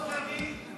אז תפסיקו,